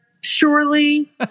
surely